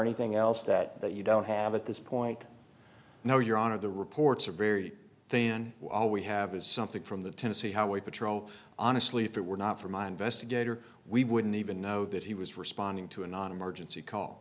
anything else that you don't have at this point no your honor the reports are very thin while we have is something from the tennessee highway patrol honestly if it were not for my investigator we wouldn't even know that he was responding to a non emergency call